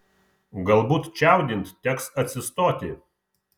galbūt čiaudint teks atsistoti